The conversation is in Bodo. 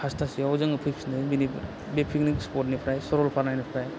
फास्थासोयाव जोङो फैफिनो बेनिफ्राय बे फिकनिक स्फदनिफ्राय सरलफारानिफ्राय